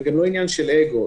זה גם לא עניין של אגו.